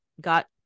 got